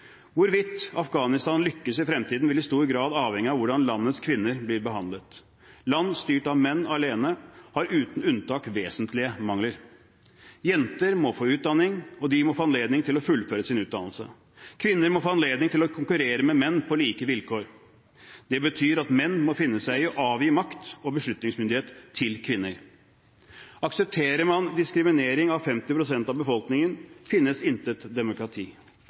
Hvorvidt Afghanistan lykkes i fremtiden, vil i stor grad avhenge av hvordan landets kvinner blir behandlet. Land styrt av menn alene har uten unntak vesentlige mangler. Jenter må få utdanning, og de må få anledning til å fullføre sin utdannelse. Kvinner må få anledning til å konkurrere med menn på like vilkår. Det betyr at menn må finne seg i å avgi makt og beslutningsmyndighet til kvinner. Aksepterer man diskriminering av 50 pst. av befolkningen, finnes intet demokrati.